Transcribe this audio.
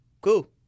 cool